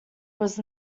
was